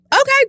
okay